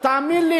תאמין לי,